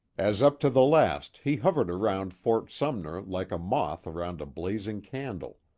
as up to the last he hovered around fort sumner like a moth around a blazing candle.